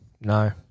No